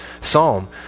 psalm